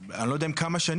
אני לא יודע אם פעם בכמה שנים,